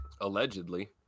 Allegedly